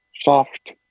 soft